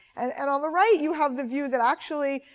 and and on the right, you have the view that actually,